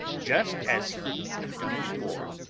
just as he have done before!